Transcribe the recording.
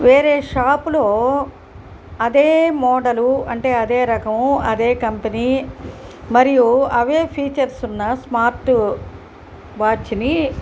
వేరే షాపులో అదే మోడల్ అంటే అదే రకము అదే కంపెనీ మరియు అవే ఫీచర్స్ ఉన్న స్మార్ట్ వాచ్ని